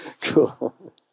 Cool